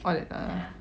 oh laptop lama